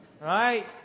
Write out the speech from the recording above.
Right